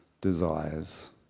desires